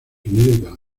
unidos